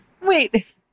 Wait